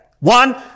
One